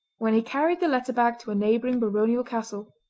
when he carried the letter-bag to a neighbouring baronial castle.